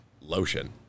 lotion